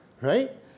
right